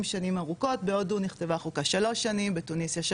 שנים ארוכות בהודו נכתבה החוקה שלוש שנים בתוניסיה,